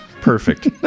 Perfect